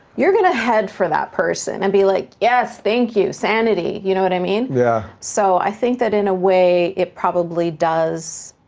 you're gonna head for that person and be like, yes, thank you, sanity. you know what i mean? yeah. so i think that in a way it probably does